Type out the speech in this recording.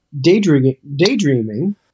daydreaming